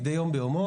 מדי יום ביומו,